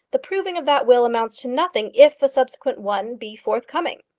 the proving of that will amounts to nothing if a subsequent one be forthcoming.